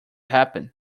happen